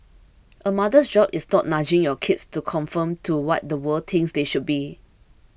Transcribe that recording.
a mother's job is not nudging your kids to conform to what the world thinks they should be